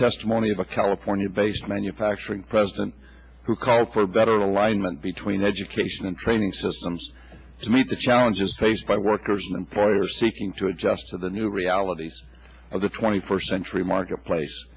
testimony of a california based manufacturing president who called for better alignment between education and training systems to meet the challenges faced by workers and employers seeking to adjust to the new realities of the twenty first century marketplace